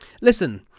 Listen